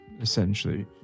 essentially